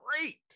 great